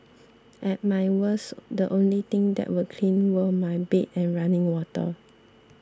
at my worst the only things that were clean were my bed and running water